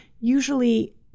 Usually